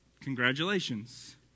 Congratulations